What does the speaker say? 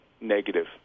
negative